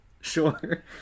Sure